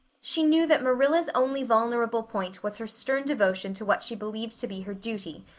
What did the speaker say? she knew that marilla's only vulnerable point was her stern devotion to what she believed to be her duty,